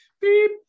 beep